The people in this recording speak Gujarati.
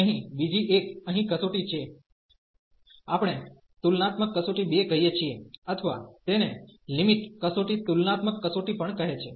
અહીં બીજી એક અહીં કસોટી છે તેને આપણે તુલનાત્મક કસોટી 2 કહીએ છીએ અથવા તેને લિમિટ કસોટી તુલનાત્મક કસોટી પણ કહે છે